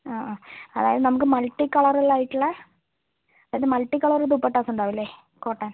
ആ ആ അതായത് നമുക്ക് മൾട്ടി കളറുകളായിട്ടുള്ള അതായത് മൾട്ടി കളർ ദുപ്പട്ടാസ് ഉണ്ടാവില്ലേ കോട്ടൺ